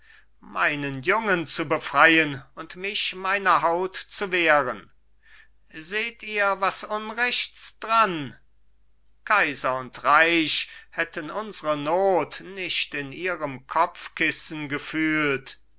meinen jungen zu befreien und mich meiner haut zu wehren seht ihr was unrechts dran kaiser und reich hätten unsere not nicht in ihrem kopfkissen gefühlt